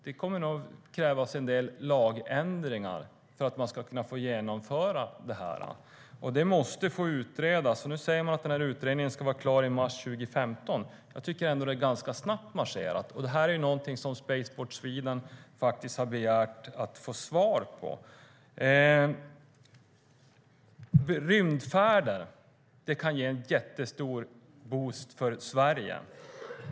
Det kommer nog att krävas en del lagändringar för att man ska få genomföra det här. Det måste få utredas, och nu säger man att utredningen ska vara klar i mars 2015. Det tycker jag ändå är ganska snabbt marscherat. Det här är ju någonting som Spaceport Sweden faktiskt har begärt att få svar på. Rymdfärder kan ge en jättestor boost för Sverige.